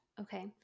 Okay